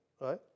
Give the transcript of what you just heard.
right